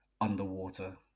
underwater